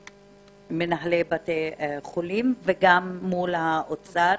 הר"י ומנהלי בתי חולים, וכן מול נציגי משרד האוצר.